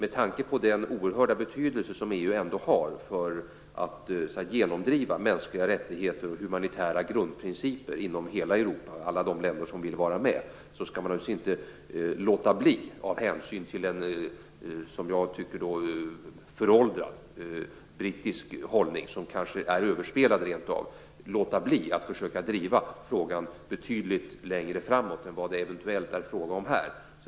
EU har ändå en oerhörd betydelse när det gäller att driva frågan om mänskliga rättigheter och att genomdriva humanitära grundprinciper inom hela Europa - alla de länder som vill vara med. Därför skall man naturligtvis inte av hänsyn till en, som jag tycker, föråldrad brittisk hållning som kanske rent av är överspelad låta bli att försöka driva frågan betydligt längre framåt än vad det eventuellt är fråga om här.